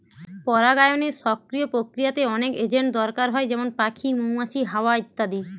পরাগায়নের সক্রিয় প্রক্রিয়াতে অনেক এজেন্ট দরকার হয় যেমন পাখি, মৌমাছি, হাওয়া ইত্যাদি